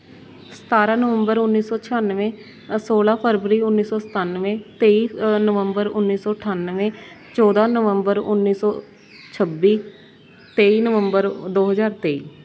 ਸਤਾਰਾਂ ਨਵੰਬਰ ਉੱਨੀ ਸੌ ਛਿਆਨਵੇਂ ਸੌਲਾਂ ਫਰਵਰੀ ਉੱਨੀ ਸੌ ਸਤੰਨਵੇਂ ਤੇਈ ਨਵੰਬਰ ਉੱਨੀ ਸੌ ਅਠਾਨਵੇਂ ਚੌਦਾਂ ਨਵੰਬਰ ਉੱਨੀ ਸੌ ਛੱਬੀ ਤੇਈ ਨਵੰਬਰ ਦੋ ਹਜ਼ਾਰ ਤੇਈ